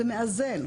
ומאזן.